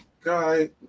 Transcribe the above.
guy